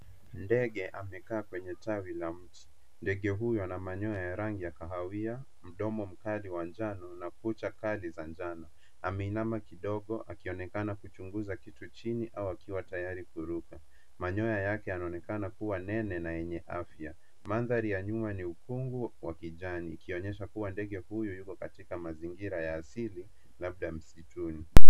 Ndege amekaa kwenye tawi la mti. Ndege huyo ana manyoya ya rangi ya kahawia, mdomo mkali wa njano na kucha kali za njano. Ameinama kidogo, akionekana kuchunguza kitu chini au akiwa tayari kuruka. Manyoya yake yanaonekana kuwa nene na yenye afya. Mandhari ya nyuma ni ukungu wa kijani, ikionyesha kuwa ndege huyo yuko katika mazingira ya asili labda msituni.